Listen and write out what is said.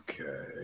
Okay